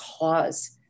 cause